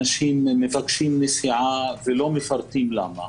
אנשים מבקשים נסיעה ולא מפרטים למה,